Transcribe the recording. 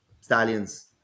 stallions